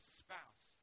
spouse